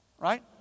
Right